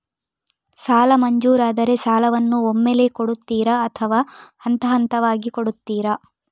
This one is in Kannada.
ಸಾಲ ಮಂಜೂರಾದರೆ ಸಾಲವನ್ನು ಒಮ್ಮೆಲೇ ಕೊಡುತ್ತೀರಾ ಅಥವಾ ಹಂತಹಂತವಾಗಿ ಕೊಡುತ್ತೀರಾ?